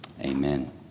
Amen